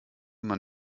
man